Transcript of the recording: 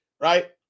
right